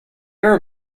are